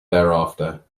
thereafter